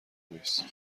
نیست